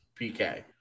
PK